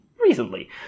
recently